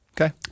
okay